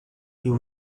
you